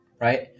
right